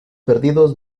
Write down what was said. perdidos